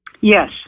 yes